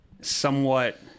somewhat